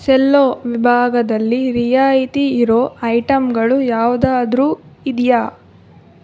ಸೆಲ್ಲೊ ವಿಭಾಗದಲ್ಲಿ ರಿಯಾಯಿತಿ ಇರೋ ಐಟಂಗಳು ಯಾವುದಾದರು ಇದೆಯಾ